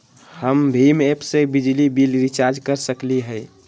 हम भीम ऐप से बिजली बिल रिचार्ज कर सकली हई?